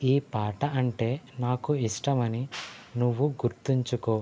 ఈ పాట అంటే నాకు ఇష్టమని నువ్వు గుర్తుంచుకో